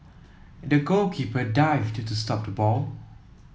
the goalkeeper dived to stop the ball